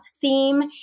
theme